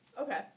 Okay